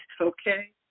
okay